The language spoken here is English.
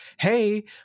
hey